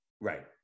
right